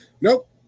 nope